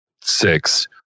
six